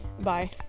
bye